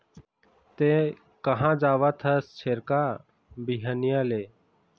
तेंहा कहाँ जावत हस छेरका, बिहनिया ले?